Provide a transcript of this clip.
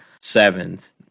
seventh